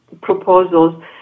proposals